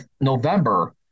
November